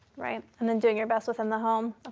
right. and then doing your best within the home,